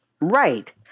Right